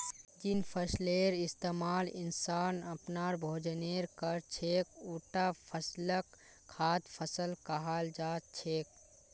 जिन फसलेर इस्तमाल इंसान अपनार भोजनेर कर छेक उटा फसलक खाद्य फसल कहाल जा छेक